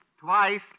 twice